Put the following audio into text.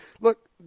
look